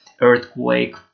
earthquake